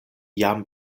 jam